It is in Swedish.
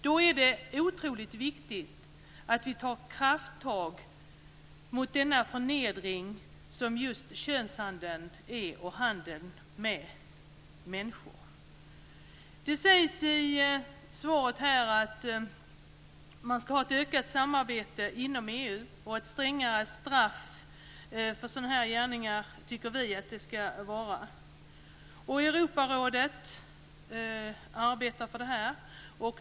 Då är det otroligt viktigt att vi tar krafttag mot den förnedring som just könshandeln och handeln med människor är. Det sägs här att man ska ha ett ökat samarbete inom EU, och vi tycker att det ska vara strängare straff för sådana här gärningar. Europarådet arbetar för det här.